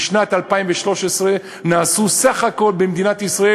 בשנת 2013 נעשו בסך הכול במדינת ישראל